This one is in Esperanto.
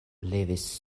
levis